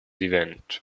event